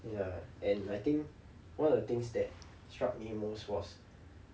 ya and I think one of the things that struck me most was